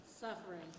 suffering